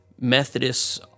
Methodists